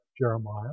Jeremiah